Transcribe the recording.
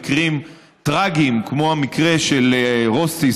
מקרים טרגיים כמו המקרה של רוסטיס,